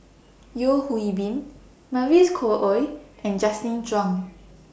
Yeo Hwee Bin Mavis Khoo Oei and Justin Zhuang